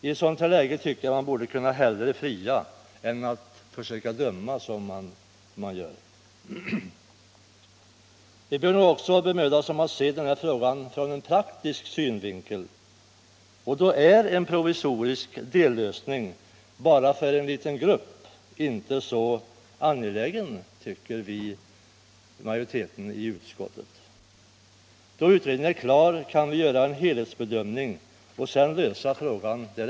I ett sådant läge borde man hellre fria än försöka fälla. Vi bör också bemöda oss om att se denna fråga ur en praktisk synvinkel. Då är en provisorisk dellösning bara för en liten grupp inte så angelägen, tycker majoriteten i utskottet. När utredningen är klar kan vi göra en helhetsbedömning och därefter besluta i frågan.